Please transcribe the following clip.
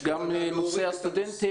יש גם את נושא הסטודנטים,